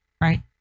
right